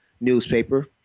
newspaper